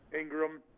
Ingram